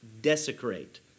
desecrate